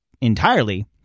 entirely